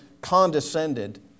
condescended